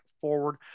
forward